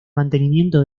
mantenimiento